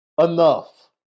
enough